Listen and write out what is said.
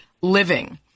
living